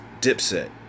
Dipset